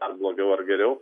ar blogiau ar geriau